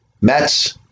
Mets